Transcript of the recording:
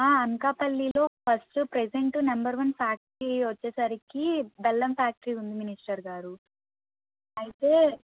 అనకాపల్లిలో first present number one factory వచ్చేసరికి బెల్లం ఫ్యాక్టరీ ఉంది మినిస్టర్ గారు అయితే